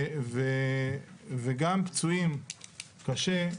וגם פצועים קשה,